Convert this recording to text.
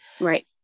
Right